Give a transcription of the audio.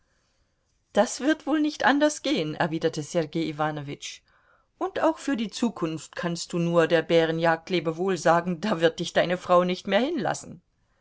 das wird wohl nicht anders gehen erwiderte sergei iwanowitsch und auch für die zukunft kannst du nur der bärenjagd lebewohl sagen da wird dich deine frau nicht mehr hinlassen